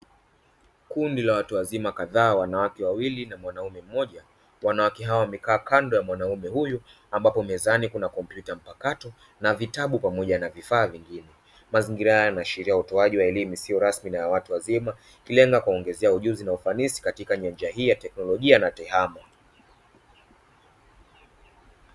Kundi la watu wazima kadhaa wanawake wawili na mwanaume mmoja wanawake hawa wamekaa kando ya mwanaume huyu, ambapo mezani kuna kompyuta mpakato na vitabu pamoja na vifaa vingine. Mazingira haya yanaashiria utoaji wa elimu rasmi na ya watu wazima ikilenga kuwaongezea ujuzi na ufanisi katika nyanja hii ya teknolojia na tehama.